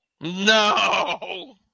No